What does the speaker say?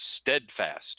steadfast